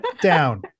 Down